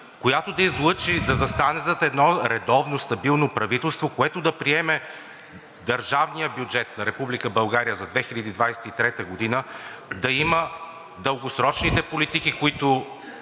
която да излъчи, да застане зад едно редовно, стабилно правителство, което да приеме държавния бюджет на Република България за 2023 г. и да има дългосрочните политики, които